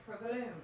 provolone